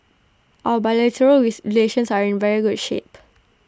our bilateral raise relations are in very good shape